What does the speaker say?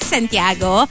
Santiago